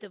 the